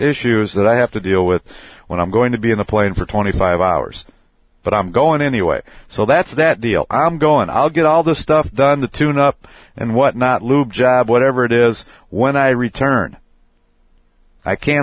issues that i have to deal with when i'm going to be in the plane for twenty five hours but i'm going anyway so that's that i'm gone i'll get all the stuff done the tuneup and whatnot lube job whatever it is when i return i can